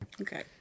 Okay